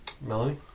Melanie